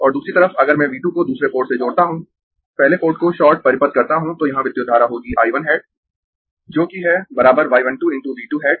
और दूसरी तरफ अगर मैं V 2 को दूसरे पोर्ट से जोड़ता हूं पहले पोर्ट को शॉर्ट परिपथ करता हूँ तो यहां विद्युत धारा होगी I 1 हैट जोकि है y 1 2 × V 2 हैट